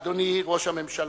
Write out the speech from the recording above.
אדוני ראש הממשלה,